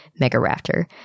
Megaraptor